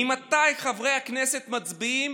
ממתי חברי הכנסת מצביעים